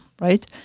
right